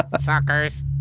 Suckers